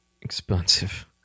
expensive